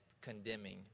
condemning